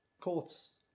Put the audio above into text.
courts